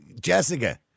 Jessica